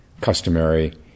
customary